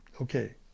okay